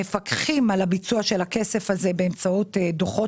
מפקחים על ביצוע הכסף הזה באמצעות דוחות